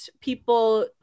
people